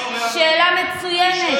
שאלה מצוינת.